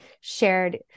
shared